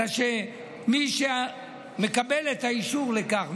אלא שמי שמקבל את האישור לכך,